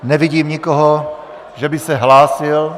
Nevidím nikoho, že by se hlásil...